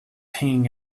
hanging